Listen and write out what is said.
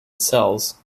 cells